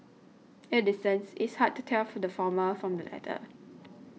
at a distance it's hard to tell the former from the latter